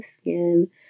skin